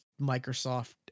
Microsoft